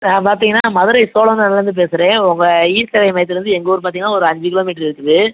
நான் பார்த்தீங்கன்னா மதுரை சோழன்வந்தான்லேந்து பேசுகிறேன் உங்க இசேவை மையத்திலிருந்து எங்கள் ஊர் பார்த்தீங்கன்னா ஒரு அஞ்சு கிலோமீட்ரு இருக்குது